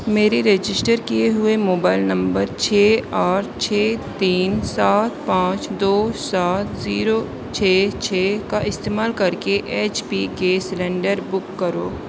میرے رجسٹر کیے ہوئے موبائل نمبر چھ آٹھ چھ تین سات پانچ دو سات زیرو چھ چھ کا استعمال کرکے H P gas cylinder book کرو